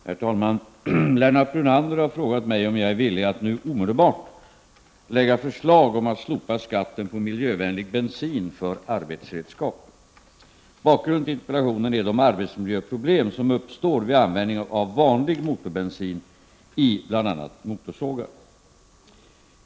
Herr talman! Lennart Brunander har frågat mig om jag är villig att nu omedelbart lägga fram förslag om att slopa skatten på miljövänlig bensin för arbetsredskap. Bakgrunden till interpellationen är de arbetsmiljöproblem som uppstår vid användning av vanlig motorbensin i bl.a. motorsågar.